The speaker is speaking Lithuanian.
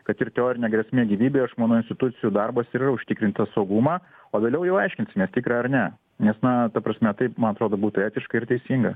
kad ir teorinė grėsmė gyvybei aš manau institucijų darbas ir yra užtikrint tą saugumą o vėliau jau aiškinsimės tikra ar ne nes na ta prasme taip man atrodo būtų etiška ir teisinga